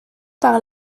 par